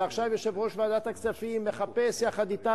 ועכשיו יושב-ראש ועדת הכספים מחפש יחד אתם